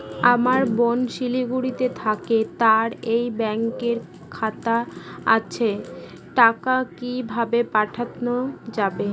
আমার বোন শিলিগুড়িতে থাকে তার এই ব্যঙকের খাতা আছে টাকা কি ভাবে পাঠানো যাবে?